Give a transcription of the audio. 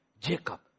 Jacob